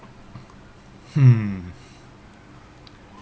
mm